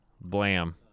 Blam